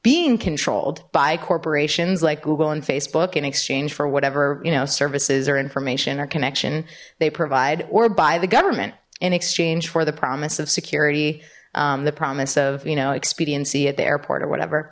being controlled by corporations like google and facebook in exchange for whatever you know services or information or connection they provide or by the government in exchange for the promise of security the promise of you know expediency at the airport or whatever